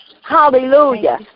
Hallelujah